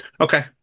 Okay